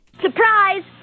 Surprise